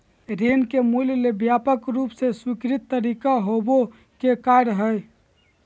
ऋण के मूल्य ले व्यापक रूप से स्वीकृत तरीका होबो के कार्य हइ